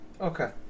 Okay